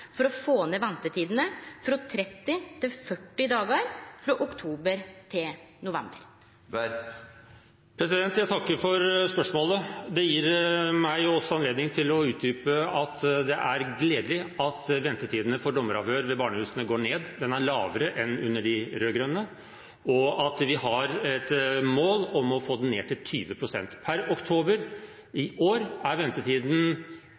for å få ned ventetidene frå 30 til 40 dagar frå oktober til november? Jeg takker for spørsmålet. Det gir meg anledning til å utdype at det er gledelig at ventetiden for dommeravhør ved barnehusene går ned. Den er lavere enn under de rød-grønne, og vi har et mål om å få den ned til 20 pst. Per oktober i år er ventetiden